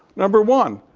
number one,